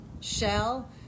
shell